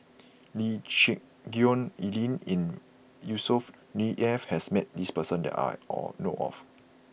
Lee Geck Hoon Ellen and Yusnor E F has met this person that I all know of